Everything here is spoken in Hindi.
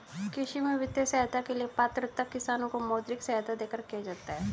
कृषि में वित्तीय सहायता के लिए पात्रता किसानों को मौद्रिक सहायता देकर किया जाता है